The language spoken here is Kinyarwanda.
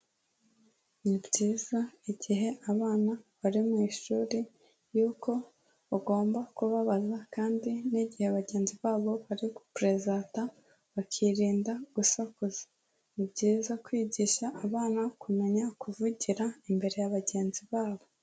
Ni byiza igihe abana bari mu ishuri yuko bagomba kubabaza kandi n'igihe bagenzi babo bari gupurezanta bakirinda gusakuza. Ni byiza kwigisha abana kumenya kuvugira imbere ya bagenzi babo.